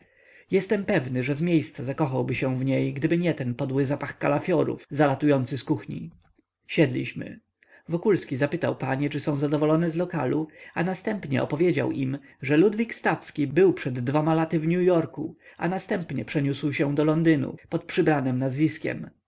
jestem pewny że zmiejsca zakochałby się w niej gdyby nie ten podły zapach kalafiorów zalatujący z kuchni siedliśmy wokulski zapytał panie czy są zadowolone z lokalu a następnie opowiedział im że ludwik stawski był przed dwoma laty w new-yorku a następnie przeniósł się do londynu pod przybranem nazwiskiem